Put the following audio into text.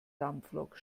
dampflok